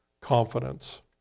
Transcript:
confidence